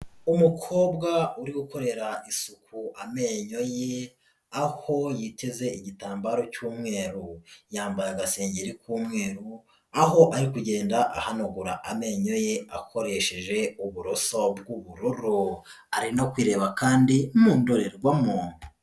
Umukobwa uri gukorera isuku amenyo ye, aho yiteze igitambaro cy'umweru, yambaye agasengeri k'umweru, aho ari kugenda ahanagura amenyo ye akoresheje uburoso bw'ubururu, ari no kwirebaba kandi mu ndorerwamo.